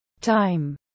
time